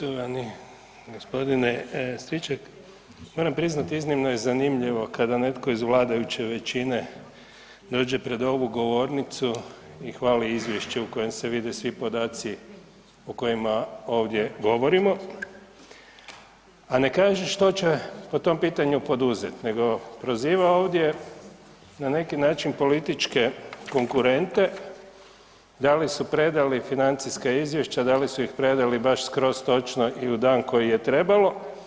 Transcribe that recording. Poštovani g. Stričak, moram priznati iznimno je zanimljivo kada netko iz vladajuće većine dođe pred ovu govornicu i hvali izvješće u kojem se vide svi podaci o kojima ovdje govorimo a ne kaže što će po tom pitanju poduzet nego proziva ovdje na neki način političke konkurente, da li su predali financijska izvješća, da li su ih predali baš skroz točno i u dan koji je trebalo.